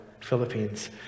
Philippines